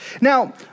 Now